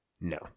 No